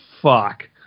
fuck